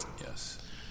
Yes